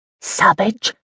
Savage